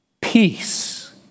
peace